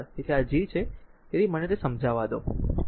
તેથી આ G છે તેથી હવે મને તેને સમજાવા દો બરાબર